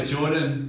Jordan